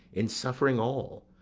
in suffering all,